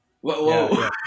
Whoa